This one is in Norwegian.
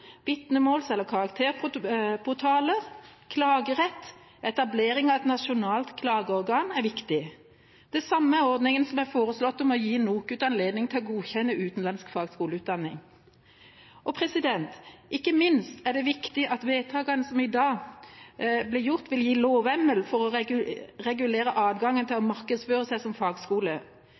vitnemåls- eller karakterportaler, klagerett og etablering av et nasjonalt klageorgan er viktig. Det samme er ordningen som er foreslått om å gi NOKUT anledning til å godkjenne utenlandsk fagskoleutdanning. Ikke minst er det viktig at vedtakene som i dag blir gjort, vil gi lovhjemmel for å regulere adgangen til å markedsføre seg som fagskole.